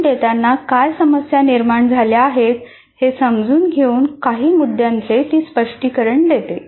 गुण देताना काय समस्या निर्माण झाल्या हे समजून घेऊन काही मुद्द्यांचे ती स्पष्टीकरण देते